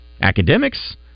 academics